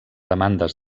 demandes